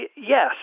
yes